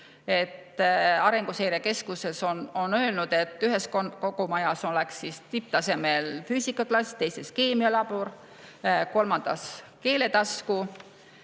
Arenguseire Keskus on öelnud, et ühes kogukonnamajas oleks tipptasemel füüsikaklass, teises keemialabor, kolmandas keeletasku.